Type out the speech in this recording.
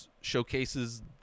showcases